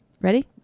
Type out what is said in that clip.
Ready